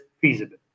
feasible